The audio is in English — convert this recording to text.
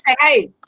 hey